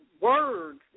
Words